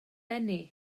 eni